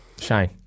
shane